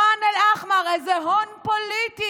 ח'אן אל-אחמר, איזה הון פוליטי?